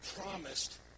promised